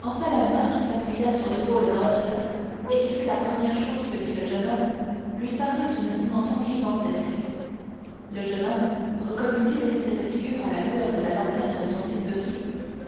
enfin la main qui s'appuya sur l'épaule d'andrea et qui fut la première chose que vit le jeune homme lui parut d'une dimension gigantesque le jeune homme reconnut il cette figure à la lueur de la lanterne de son tilbury